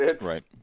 right